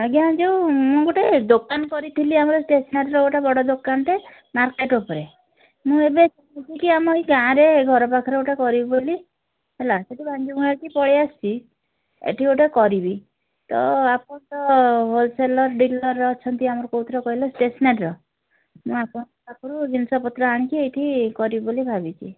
ଆଜ୍ଞା ଯେଉଁ ମୁଁ ଗୋଟେ ଦୋକାନ କରିଥିଲି ଆମର ଟେସ୍ନାରୀର ଗୋଟେ ବଡ଼ ଦୋକାନଟେ ମାର୍କେଟ୍ ଉପରେ ମୁଁ ଏବେ କହୁଛି କି ଆମ ଏଇ ଗାଁରେ ଘର ପାଖରେ ଗୋଟେ କରିବି ବୋଲି ହେଲା ସେଇଠି ଭାଙ୍ଗି ଭଙ୍ଗାକି ପଳାଇ ଆସିଛି ଏଇଠି ଗୋଟେ କରିବେ ତ ଆପଣ ହୋଲ୍ସେଲର୍ ଡିଲର୍ରେ ଅଛନ୍ତି ଆମର କେଉଁଥିରେ କହିଲେ ଟେସ୍ନାରୀର ମୁଁ ଆପଣଙ୍କ ପାଖରୁ ଜିନିଷ ପତ୍ର ଆଣିକି ଏଇଠି କରିବି ବୋଲି ଭାବିଛି